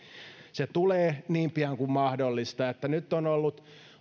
se tulee niin pian kuin mahdollista nyt on ollut